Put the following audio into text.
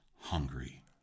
hungry